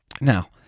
Now